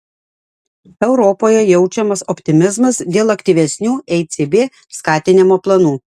europoje jaučiamas optimizmas dėl aktyvesnių ecb skatinimo planų